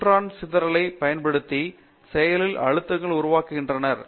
neutron சிதறலைப் பயன்படுத்தி செயலில் அழுத்தங்கள் உருவாகின்றன